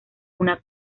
una